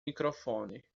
microfone